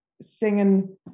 singing